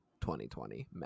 2020